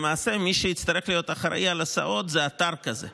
למעשה, מי שיצטרך להיות אחראי להסעות הוא אתר כזה,